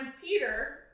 Peter